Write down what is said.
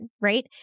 right